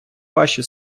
ваші